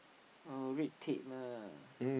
oh red tape ah